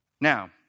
Now